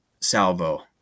salvo